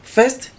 First